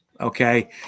Okay